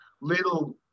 little